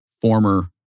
former